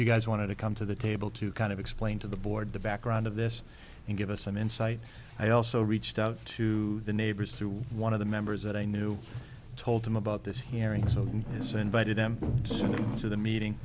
you guys wanted to come to the table to kind of explain to the board the background of this and give us some insight i also reached out to the neighbors through one of the members that i knew told them about this hearings on this and voted them to the meeting